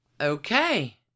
Okay